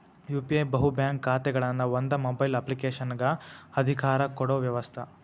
UPI ಬಹು bank ಖಾತೆಗಳನ್ನ ಒಂದ ಮೊಬೈಲ್ ಅಪ್ಲಿಕೇಶನಗ ಅಧಿಕಾರ ಕೊಡೊ ವ್ಯವಸ್ತ